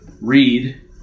read